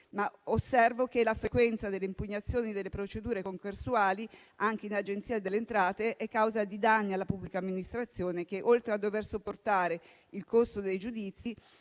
ma osservo che la frequenza delle impugnazioni delle procedure concorsuali, anche presso l'Agenzia delle entrate, è causa di danni alla pubblica amministrazione che, oltre a dover sopportare il costo dei giudizi,